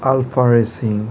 alpha racing